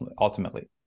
ultimately